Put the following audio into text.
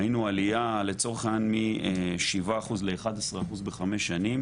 ראינו עלייה לצורך העניין משבעה אחוז ל-11 אחוז בחמש שנים